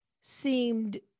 seemed